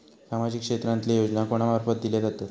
सामाजिक क्षेत्रांतले योजना कोणा मार्फत दिले जातत?